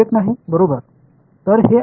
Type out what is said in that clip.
மாணவர் பொருள் இல்லை